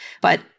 But-